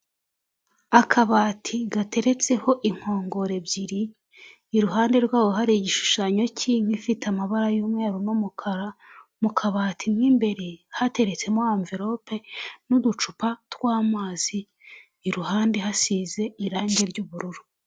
Akabati gateretseho inkongoro ebyiri, iruhande rwaho hari igishushanyo cy'inka ifite amabara y'umweru n'umukara, mu kabati m'imbere hateretsemo amvelope n'uducupa tw'amazi, iruhande hasize irangi ry'ubururu.